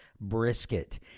brisket